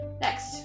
next